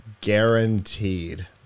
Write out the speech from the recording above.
guaranteed